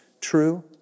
true